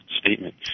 statement